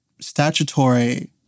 statutory